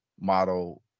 model